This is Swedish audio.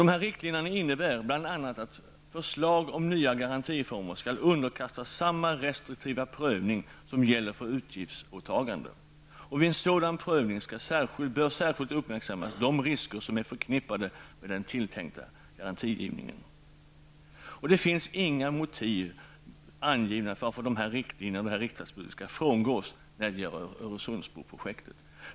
Dessa riktlinjer innebär bl.a. att förslag om nya garantiformer skall underkastas samma restriktiva prövning som gäller för utgiftsåtaganden. Vid en sådan prövning bör särskilt uppmärksammas de risker som är förknippade med den tilltänkta garantigivningen. Det finns inga motiv angivna till varför dessa riktlinjer i riksdagsbeslutet skall frångås när det gäller Öresundsbroprojektet.